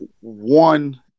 one